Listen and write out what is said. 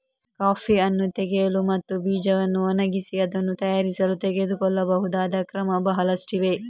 coffee ಹಣ್ಣು ತೆಗೆಯಲು ಮತ್ತು ಬೀಜವನ್ನು ಒಣಗಿಸಿ ಅದನ್ನು ತಯಾರಿಸಲು ತೆಗೆದುಕೊಳ್ಳಬಹುದಾದ ಕ್ರಮ ಬಹಳಷ್ಟಿವೆ